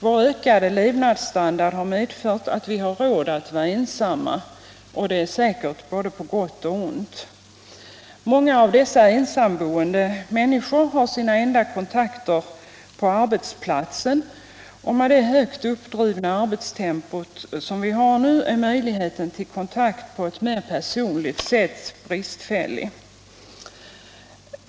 Vår ökade levnadsstandard har medfört att vi har råd att vara ensamma, och det är säkert på både gott och ont. Många av dessa ensamstående har sina enda kontakter med andra människor på sin arbetsplats, och med det ofta högt uppdrivna arbetstempot är möjligheten till kontakt på ett mer personligt sätt bristfällig.